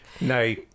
no